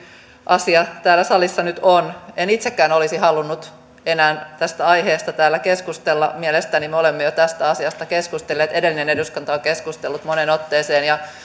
asia täällä salissa nyt on en itsekään olisi halunnut enää tästä aiheesta täällä keskustella mielestäni me olemme jo tästä asiasta keskustelleet edellinen eduskunta on keskustellut moneen otteeseen ja